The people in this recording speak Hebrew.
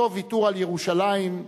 אותו "ויתור על ירושלים"